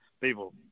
people